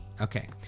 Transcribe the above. Okay